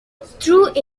through